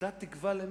אתה תקבע מי.